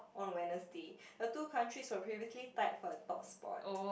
on Wednesday the two countries were previously tied for the top spot